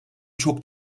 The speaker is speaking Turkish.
çok